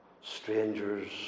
Strangers